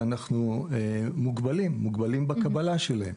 ואנחנו מוגבלים בקבלה שלהם.